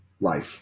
life